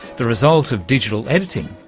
the result of digital editing,